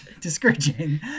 Discouraging